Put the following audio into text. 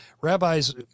rabbis